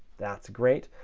that's great.